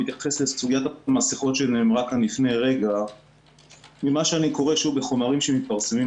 בהתייחס לסוגיית המסכות שנאמר כאן ממה שאני קורה מחומרים שמתפרסמים,